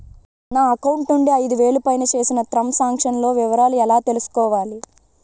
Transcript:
నా అకౌంట్ నుండి ఐదు వేలు పైన చేసిన త్రం సాంక్షన్ లో వివరాలు ఎలా తెలుసుకోవాలి?